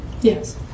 Yes